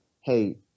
hey